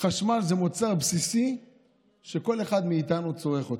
חשמל זה מוצר בסיסי שכל אחד מאיתנו צורך.